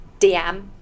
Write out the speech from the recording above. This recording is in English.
DM